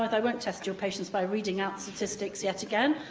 i won't test your patience by reading out statistics yet again,